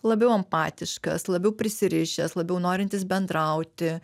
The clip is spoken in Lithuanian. labiau empatiškas labiau prisirišęs labiau norintis bendrauti